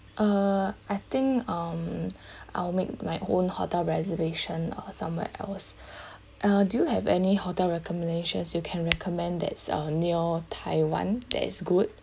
uh I think um I will make my own hotel reservation uh somewhere else uh do you have any hotel recommendations you can recommend that's uh near taiwan that is good